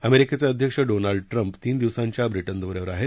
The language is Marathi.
अमेरिकेचे अध्यक्ष डोनाल्ड ट्रम्प तीन दिवसांच्या ब्रिटन दो यावर आहेत